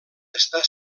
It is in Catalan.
està